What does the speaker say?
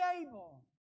able